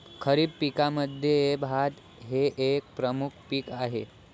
खरीप पिकांमध्ये भात हे एक प्रमुख पीक आहे